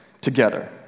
together